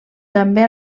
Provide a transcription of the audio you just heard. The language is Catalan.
també